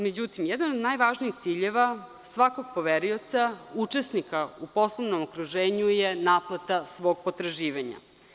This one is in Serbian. Međutim, jedan od najvažnijih ciljeva svakog poverioca, učesnika u poslovnom okruženju je naplata svog potraživanja.